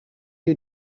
you